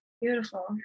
beautiful